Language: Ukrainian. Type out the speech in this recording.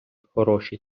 хороші